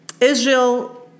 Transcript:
Israel